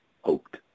hoped